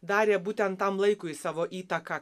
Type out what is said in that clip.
darė būtent tam laikui savo įtaką